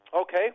Okay